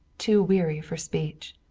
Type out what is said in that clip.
too weary for speech.